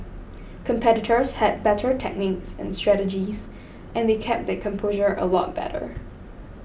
competitors had better techniques and strategies and they kept their composure a lot better